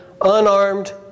unarmed